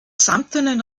samtenen